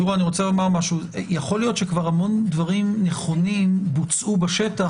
יכול להיות שהמון דברים נכונים בוצעו בשטח